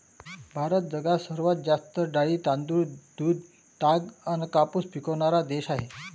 भारत जगात सर्वात जास्त डाळी, तांदूळ, दूध, ताग अन कापूस पिकवनारा देश हाय